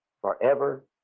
forever